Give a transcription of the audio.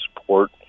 support